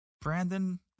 Brandon